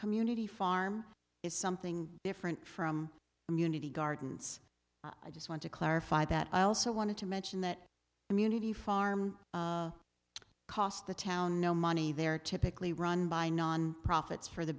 community farm is something different from immunity gardens i just want to clarify that i also wanted to mention that community farm cost the town no money they're typically run by non profits for the